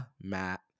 Matt